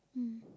mm